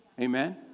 amen